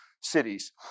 cities